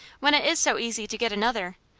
when it is so easy to get another?